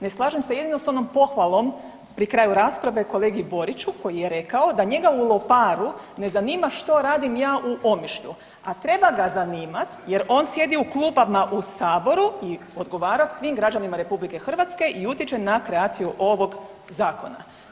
Ne slažem se jedino s onom pohvalom pri kraju rasprave kolegi Boriću koji je rekao da njega u Loparu ne zanima što radim ja u Omišlju, a treba ga zanimati jer on sjedi u klupama u Saboru i odgovara svim građanima RH i utječe na kreaciju ovog Zakona.